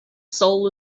soul